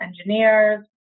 engineers